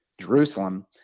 Jerusalem